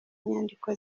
nyandiko